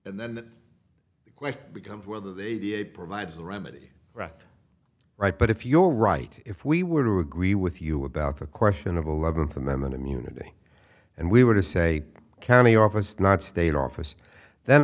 and then the question becomes whether they be a provides a remedy right right but if your right if we were to agree with you about the question of eleventh amendment immunity and we were to say county office not state office then